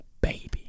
baby